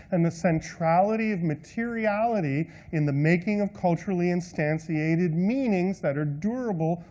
and the centrality of materiality in the making of culturally instantiated meanings that are durable,